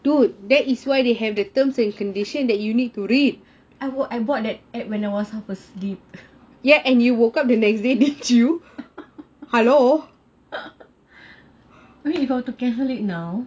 I bought that app when I was half asleep I mean if I were to cancel it now